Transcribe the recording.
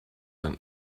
and